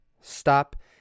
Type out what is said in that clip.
Stop